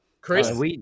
Chris